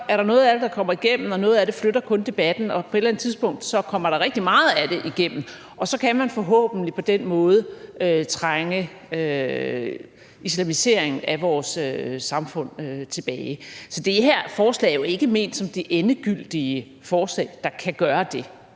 er der noget af det, der kommer igennem, og noget af det flytter kun debatten. Og på et eller andet tidspunkt kommer der rigtig meget af det igennem, og så kan man forhåbentlig på den måde trænge islamiseringen af vores samfund tilbage. Så det her forslag er jo ikke ment som det endegyldige forslag, der kan gøre det.